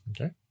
Okay